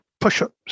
push-ups